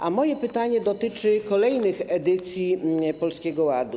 A moje pytanie dotyczy kolejnych edycji Polskiego Ładu.